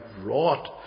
wrought